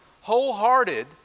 wholehearted